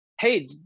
hey